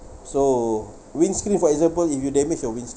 so windscreen for example if you damaged your windscreen